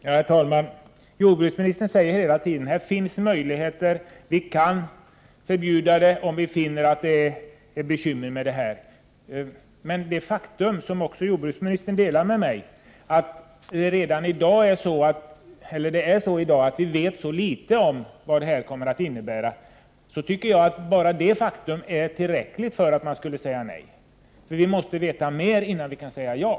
Herr talman! Jordbruksministern säger hela tiden att det finns möjligheter, att vi kan förbjuda användning av genmanipulerat utsäde, om vi finner att sådan användning är förknippad med bekymmer. Jordbruksministern delar ju min uppfattning att vi för närvarande vet alltför litet om vad den här tekniken kommer att innebära. Enbart detta faktum att vi vet för litet tycker jag borde vara tillräckligt för att man skulle säga nej till användning. Vi måste veta mera innan vi kan säga ja.